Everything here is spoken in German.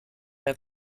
der